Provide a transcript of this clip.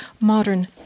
modern